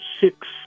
six